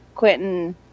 Quentin